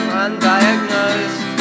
undiagnosed